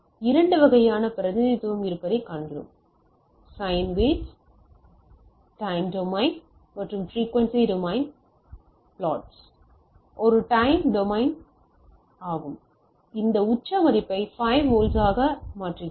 இப்போது 2 வகையான பிரதிநிதித்துவம் இருப்பதைக் காண்கிறோம் சைன் வௌஸ்யின் டைம் டொமைன் மற்றும் பிரிக்குவென்சி டொமைன் ப்ளாட்டுகள் இது ஒரு டைம் டொமைன் சதி ஆகும் இது இந்த உச்ச மதிப்பை 5 வோல்ட் 5 ஆக மாற்றுகிறது